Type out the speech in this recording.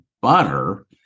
butter